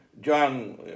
John